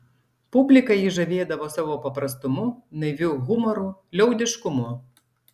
publiką jis žavėdavo savo paprastumu naiviu humoru liaudiškumu